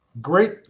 Great